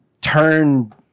turn